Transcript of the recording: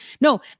No